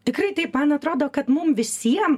tikrai taip man atrodo kad mum visiem